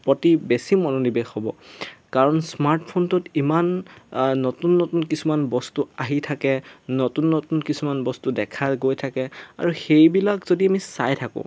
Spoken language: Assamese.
প্ৰতি বেছি মনোনিৱেশ হ'ব কাৰণ স্মাৰ্টফোনটোত ইমান নতুন নতুন কিছুমান বস্তু আহি থাকে নতুন নতুন কিছুমান বস্তু দেখা গৈ থাকে আৰু সেইবিলাক যদি আমি চাই থাকোঁ